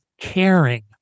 caring